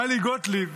טלי גוטליב